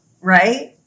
right